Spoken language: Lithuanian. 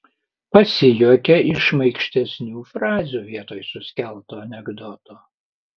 pasijuokia iš šmaikštesnių frazių vietoj suskelto anekdoto